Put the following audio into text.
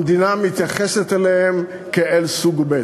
המדינה מתייחסת אליהם כאל סוג ב'.